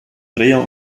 dreher